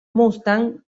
mustang